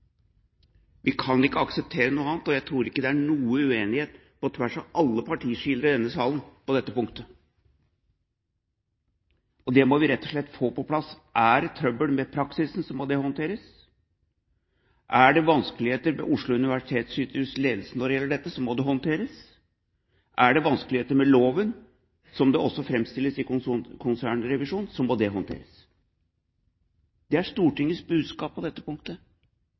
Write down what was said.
Vi kan ikke akseptere noe annet, og jeg tror ikke det er noen uenighet på tvers av alle partiskiller i denne salen på dette punktet. Det må vi rett og slett få på plass. Er det trøbbel med praksisen, må det håndteres. Er det vanskeligheter ved Oslo universitetssykehus’ ledelse når det gjelder dette, må det håndteres. Er det vanskeligheter med loven, som det også framstilles i konsernrevisjonen, må det håndteres. Det er Stortingets budskap på dette punktet.